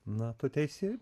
na tu teisi